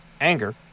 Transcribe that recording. anger